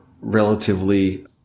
relatively